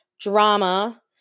drama